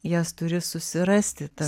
jas turi susirasti tą